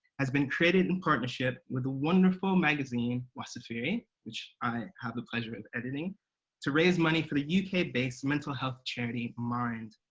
has been created in partnership with the wonderful magazine wasafiri which i have the pleasure of editing to raise money for the uk-based mental health charity mind.